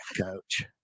coach